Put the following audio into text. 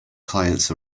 clients